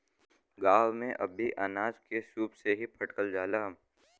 गांव में अब भी अनाज के सूप से ही फटकल जाला